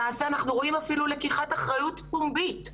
למעשה אנחנו רואים אפילו לקיחת אחריות פומבית,